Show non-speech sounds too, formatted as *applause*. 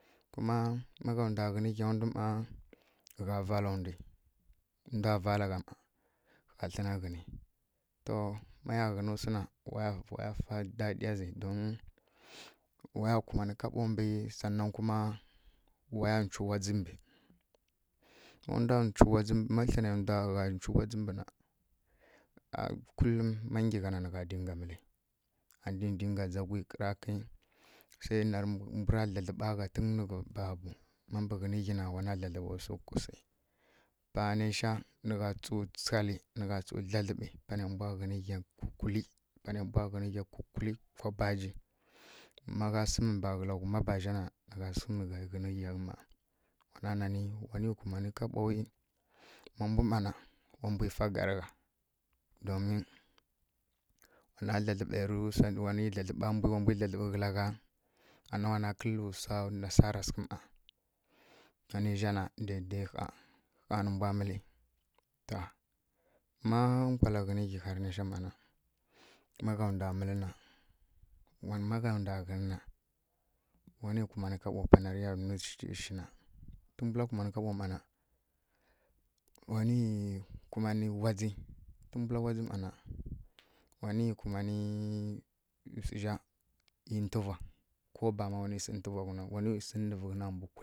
Kuma ma gha ndwa ghǝnǝ ghya ndu mma nǝ gha vala ndwi, nǝ ndwa vala gha mma, ƙha thlǝna kǝnǝ, to ma ya ghǝnu swu na, wa ya ji dadiya zǝ don *noise* wa ya kumanǝ kaɓo mbǝ saˈa nan kuma wa ya *unintelligible* wadzǝ mbǝ má thlǝnai ya *unintelligible* wadzǝ mbǝ na a kulum ma nggyi gha na nǝ gha dinga mǝlǝ, anǝ dinga ndza ƙhǝirakǝi sai nai mbura dlǝdlǝɓa gha tun nǝ gha *hesitation* babu ma mbǝ ghǝnǝ ghyi na wana dlǝdlǝɓǝrǝ swi kusǝ pa naisha nǝ gha tsǝw tsǝghalǝ nǝ gha tsǝw dladlǝɓǝ panai mbwa ghǝnǝ ghyangǝ kukulǝ panai mbwa ghǝnǝ ghyangǝ kukulǝ kwa baji. Ma gha sǝmǝ ba kǝla ghuma ba zha na nǝ sǝmǝ gha ghǝnǝ ghyangǝ mma. Má ghá nanǝ wanǝ kumanǝ kaɓowi wa mbwi fa garǝ gha domin wana dlǝdlǝɓairǝ *hesitation* wa na dlǝdlǝɓai ra mbu wa mbwi dlǝdlǝɓǝ kǝla gha ama wana kǝ́lǝ́ swa nasara sǝghǝ mma. Má ninja na dai- dai ƙha ƙha nǝ mbwa mǝlǝ. To má nkwala ghǝnǝ ghyi harǝ naisha mma na, má gha ndwa mǝlǝ na má gha ndwa ghǝnǝ na wanǝ kumanǝ kaɓo panarǝ ya nwi shi shina tǝmbula kumanǝ kaɓo mma na, wanǝ kumanǝ wadzǝ, tǝmbula wadzǝ mma na, wanǝ kumanǝ swu zha ˈyi ntuva ko bama wanǝ sǝ ntuva ghǝnǝ *unintelligible* sǝnǝvǝ ghǝna mbwi.